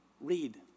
Read